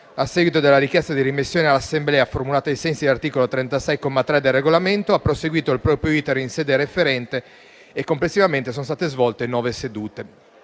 a seguito della richiesta di rimessione all'Assemblea, formulato ai sensi dell'articolo 36, comma 3, del Regolamento, ha proseguito il proprio *iter* in sedere referente. Complessivamente, sono state svolte nove sedute.